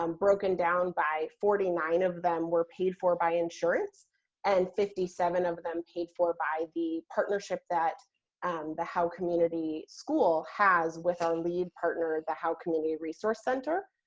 um broken down by forty nine of them were paid for by insurance and fifty seven of them paid for by the partnership that um the howe community school has with our lead partner, the howe community resource center.